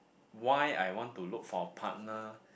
why I want to look for a partner